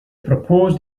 proposed